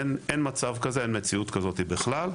אין מצב כזה, אין מציאות כזו בכלל.